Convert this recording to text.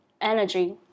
energy